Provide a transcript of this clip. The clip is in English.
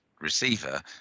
receiver